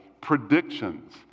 predictions